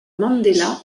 mandela